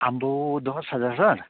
अम्बो दश हजार सर